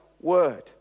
word